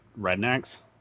rednecks